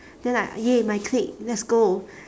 then like !yay! my clique let's go